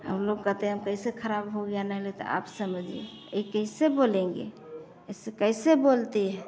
हम लोग कहते हैं अब कैसे खराब हो गया नहीं ले तो आप समझिए ये कैसे बोलेंगे ऐसे कैसे बोलती है